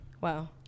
Wow